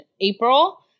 April